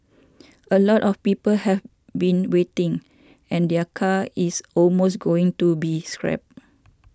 a lot of people have been waiting and their car is almost going to be scrapped